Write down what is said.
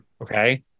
Okay